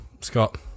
Scott